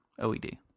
OED